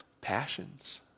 Passions